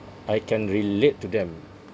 I can relate to them